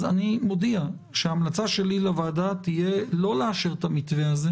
אז אני מודיע שההמלצה שלי לוועדה תהיה לא לאשר את המתווה הזה